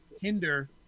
hinder